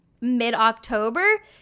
mid-October